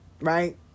right